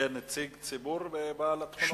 יהיה נציג ציבור בעל התכונות האלה?